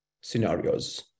scenarios